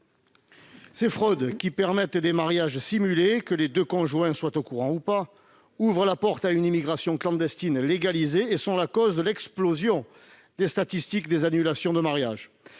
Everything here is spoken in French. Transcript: Ces fraudes, qui permettent la célébration de mariages simulés, que les deux conjoints soient au courant ou non, ouvrent la porte à une immigration clandestine légalisée et sont la cause de l'explosion des statistiques d'annulations de mariage.